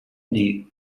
need